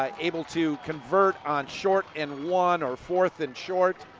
ah able to convert on short and one or fourth and short,